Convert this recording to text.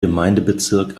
gemeindebezirk